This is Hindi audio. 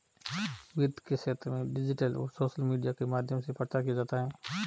वित्त के क्षेत्र में डिजिटल और सोशल मीडिया के माध्यम से प्रचार किया जाता है